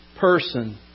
person